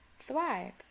Thrive